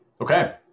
Okay